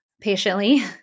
patiently